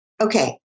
Okay